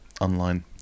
online